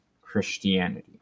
Christianity